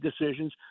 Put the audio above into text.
decisions